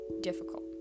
difficult